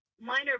minor